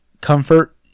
comfort